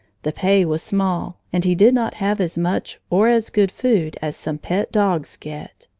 the pay was small, and he did not have as much or as good food as some pet dogs get.